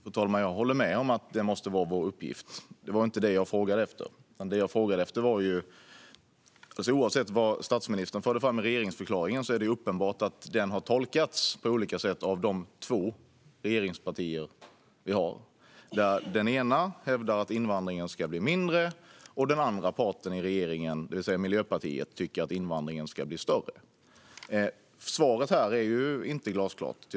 Fru talman! Jag håller med om att det måste vara vår uppgift. Det var inte det jag frågade efter. Min fråga gällde att oavsett vad statsministern förde fram i regeringsförklaringen är det uppenbart att den har tolkats på olika sätt av våra två regeringspartier, där den ena parten hävdar att invandringen ska bli mindre och den andra parten, det vill säga Miljöpartiet, tycker att invandringen ska bli större. Svaret här är inte tyvärr inte glasklart.